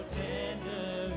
tender